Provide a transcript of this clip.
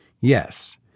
Yes